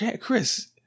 Chris